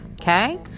okay